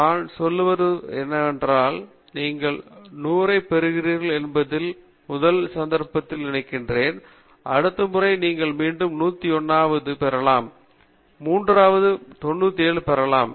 நான் சொல்ல வருவது என்னவென்றால் நீங்கள் 100 ஐ பெறுகிறீர்கள் என்பதில் முதல் சந்தர்ப்பத்தில் நினைக்கிறேன் அடுத்த முறை நீங்கள் மீண்டும் 101 ஆவது பெறலாம் மூன்றாவது முறையாக நீங்கள் 97 பெறலாம்